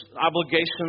obligations